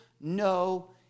no